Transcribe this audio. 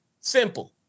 Simple